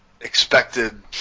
expected